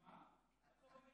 אדוני